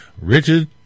Richard